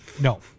No